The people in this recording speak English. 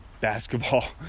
Basketball